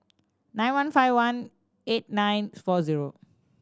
nine one five one eight nine four zero